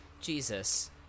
Jesus